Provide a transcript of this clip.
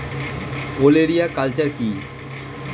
ওলেরিয়া কালচার কি?